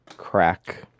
Crack